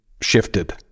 shifted